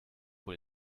pour